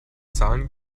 zahlen